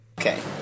Okay